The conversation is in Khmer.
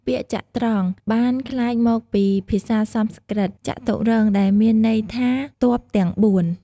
ពាក្យ ចត្រង្គ បានក្លាយមកពីភាសាសំស្ក្រឹត ចតុរង្គ ដែលមានន័យថា ទ័ពទាំងបួន។